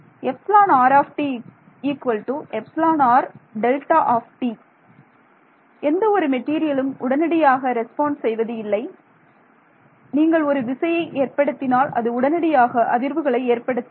மாணவர் எந்த ஒரு மெட்டீரியலும் உடனடியாக ரெஸ்பாண்ட் செய்வது இல்லை நீங்கள் ஒரு விசையை ஏற்படுத்தினால் அது உடனடியாக அதிர்வுகளை ஏற்படுத்தாது